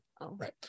Right